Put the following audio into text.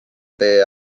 tee